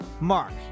mark